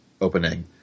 opening